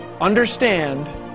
understand